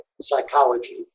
psychology